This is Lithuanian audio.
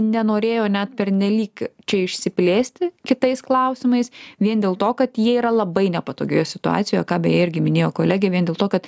nenorėjo net pernelyg čia išsiplėsti kitais klausimais vien dėl to kad jie yra labai nepatogioje situacijo ką beje irgi minėjo kolegė vien dėl to kad